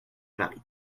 paris